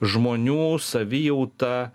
žmonių savijauta